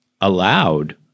allowed